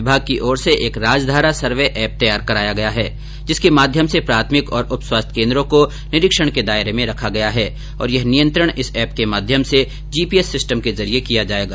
विभाग की ओर से एक राजधारा सर्वे एप तैयार कराया गया है जिसके माध्यम से प्राथमिक और उप स्वास्थ्य केंद्रों को निरीक्षण के दायरे में रखा गया है और यह नियंत्रण इस एप के माध्यम से जीपीएस सिस्टम के जरिए किया जाएगा